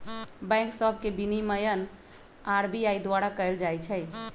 bank सभ के विनियमन आर.बी.आई द्वारा कएल जाइ छइ